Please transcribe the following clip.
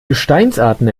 gesteinsarten